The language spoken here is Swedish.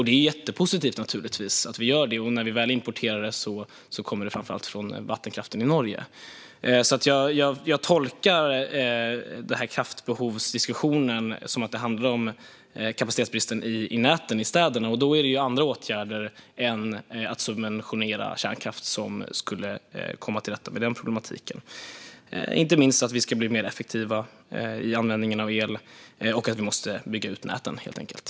Det är naturligtvis mycket positivt att vi gör det. När vi väl importerar el kommer den framför allt från vattenkraften i Norge. Jag tolkar därför diskussionen om kraftbehovet som att den handlar om kapacitetsbristen i näten i städerna. Då är det andra åtgärder än att subventionera kärnkraft som skulle göra att vi kommer till rätta med denna problematik, inte minst att vi ska bli mer effektiva vid användningen av el och att vi helt enkelt måste bygga ut näten.